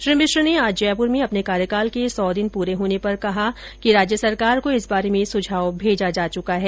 श्री मिश्र ने आज जयपुर में अपने कार्यकाल के सौ दिन पूरे होने पर कहा कि राज्य सरकार को इस बारे में सुझाव भेजा जा चुका है